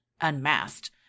unmasked